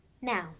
Now